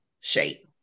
shape